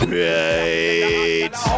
right